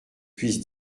puisse